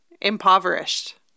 impoverished